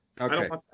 Okay